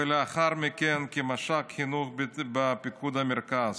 ולאחר מכן, כמש"ק חינוך בפיקוד המרכז.